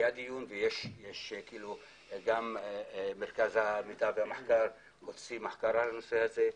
היה דיון וגם מרכז המחקר והמידע הוציא מחקר על הנושא הזה.